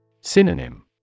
Synonym